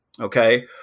okay